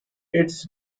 its